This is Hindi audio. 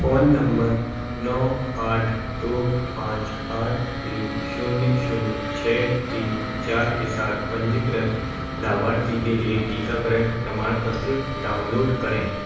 फोन नम्बर नौ आठ दो पाँच आठ तीन शून्य शून्य छः तीन चार के साथ पंजीकृत लाभार्थी के लिए टीकाकरण प्रमाणपत्र डाउनलोड करें